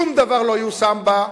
שום דבר לא יושם בה.